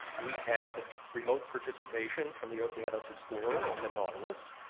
we had remote participation from the okeanos explorer, and the nautilus,